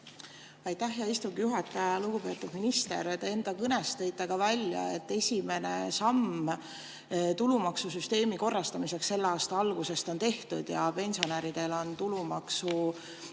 Aitäh, hea istungi juhataja! Lugupeetud minister! Enda kõnes tõite välja, et esimene samm tulumaksusüsteemi korrastamiseks selle aasta algusest on tehtud ja pensionäridel on tulumaks